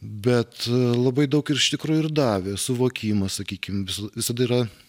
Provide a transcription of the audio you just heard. bet labai daug ir iš tikrųjų ir davė suvokimą sakykim visada yra